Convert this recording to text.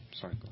sorry